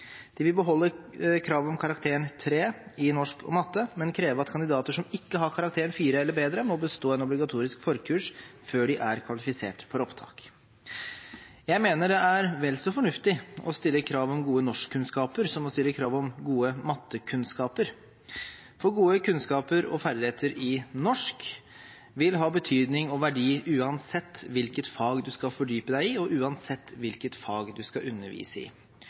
De vil beholde kravet om karakteren 3 i norsk og matte, men krever at kandidater som ikke har karakteren 4 eller bedre, må bestå et obligatorisk forkurs før de er kvalifisert for opptak. Jeg mener det er vel så fornuftig å stille krav om gode norskkunnskaper som å stille krav om gode mattekunnskaper, for gode kunnskaper og ferdigheter i norsk vil ha betydning og verdi uansett hvilket fag du skal fordype deg i, og uansett hvilket fag du skal undervise i.